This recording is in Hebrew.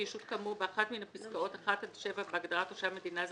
ישות כאמור באחת מן הפסקאות (1) עד (7) בהגדרה "תושב מדינה זרה"